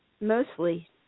mostly